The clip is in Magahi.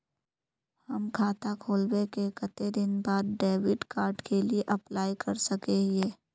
हम खाता खोलबे के कते दिन बाद डेबिड कार्ड के लिए अप्लाई कर सके हिये?